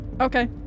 Okay